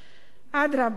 אדרבה,